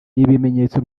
ibimenyetso